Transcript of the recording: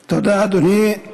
תודה, אדוני.